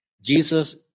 Jesus